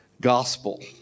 gospel